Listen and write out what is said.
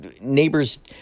neighbors